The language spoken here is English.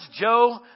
Joe